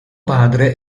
padre